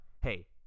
hey